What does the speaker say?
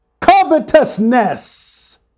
covetousness